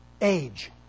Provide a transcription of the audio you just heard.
Age